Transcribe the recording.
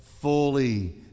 fully